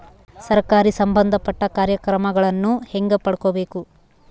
ಸರಕಾರಿ ಸಂಬಂಧಪಟ್ಟ ಕಾರ್ಯಕ್ರಮಗಳನ್ನು ಹೆಂಗ ಪಡ್ಕೊಬೇಕು?